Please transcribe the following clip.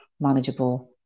manageable